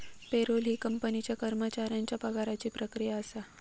payroll ही कंपनीच्या कर्मचाऱ्यांच्या पगाराची प्रक्रिया असा